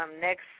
next